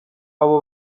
abo